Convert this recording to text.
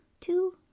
two